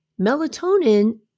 Melatonin